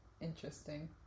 interesting